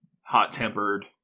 hot-tempered